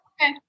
Okay